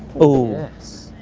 ooh. yes.